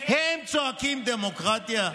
הם צועקים "דמוקרטיה"?